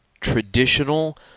traditional